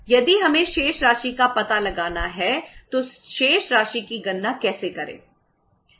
यदि हमें शेष राशि का पता लगाना है तो शेष राशि की गणना कैसे करें